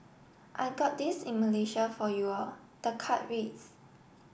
I got this in Malaysia for you all the card reads